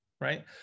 Right